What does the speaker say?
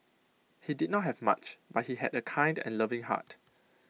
he did not have much but he had A kind and loving heart